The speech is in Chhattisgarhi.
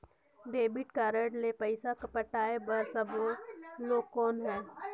डेबिट कारड ले पइसा पटाय बार सकबो कौन?